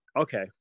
okay